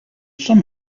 some